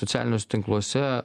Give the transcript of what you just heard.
socialiniuose tinkluose